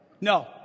No